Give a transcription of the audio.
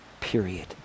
period